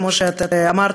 כמו שאמרת,